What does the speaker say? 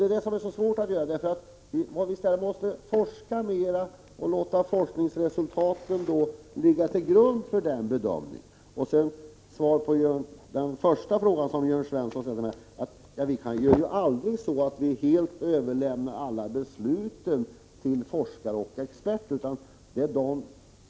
Vi måste därför avvakta ytterligare forskning och låta forskningsresultaten ligga till grund för en senare bedömning. Som svar på Jörn Svenssons första fråga vill jag säga att vi naturligtvis aldrig helt kan överlämna ansvaret för alla beslut till forskare och experter.